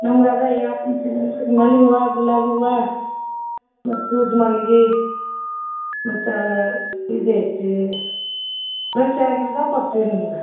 ನಮ್ಗ ಅದು ಹೇಳಾಕ ಹೊಂಟಿನಿ ಅಲ್ರಿ ಮಲ್ಗಿ ಹೂವಾ ಗುಲಾಬಿ ಹೂವಾ ಮತ್ತು ಸೂಜಿ ಮಲ್ಗಿ ಮತ್ತು ಇದು ಐತಿ ಪ್ರೆಶ್ ಆಗಿರುದಾ ಕೊಡ್ತೀವಿ ನಿಮ್ಗೆ